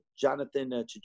jonathan